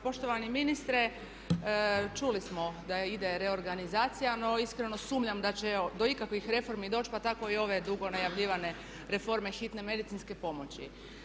Poštovani ministre čuli smo da ide reorganizacija no iskreno sumnjam da će do ikakvih reformi doći pa tako i ove dugo najavljivane reforme Hitne medicinske pomoći.